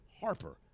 Harper